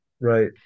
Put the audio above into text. Right